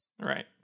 right